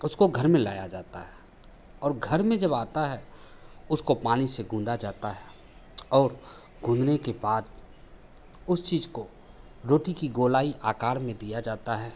उसको घर में लाया जाता है और घर में जब आता है उसको पानी से गूँदा जाता है और गूँदने के बाद उस चीज़ को रोटी की गोलाई आकार में दिया जाता है